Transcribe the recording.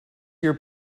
your